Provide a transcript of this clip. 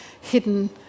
hidden